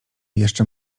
jeszcze